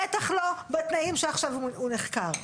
בטח לא בתנאים שעכשיו הוא נחקר.